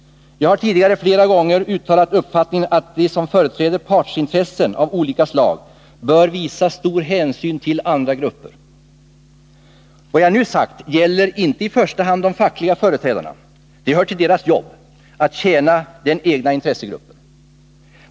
Jag har tidigare vid flera tillfällen uttalat uppfattningen att de som företräder partsintressen av olika slag bör visa stor hänsyn mot andra grupper. Det jag nu sagt gäller inte i första hand de fackliga företrädarna. Det hör till deras jobb att tjäna den egna intressegruppen.